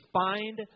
find